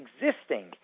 existing